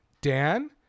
Dan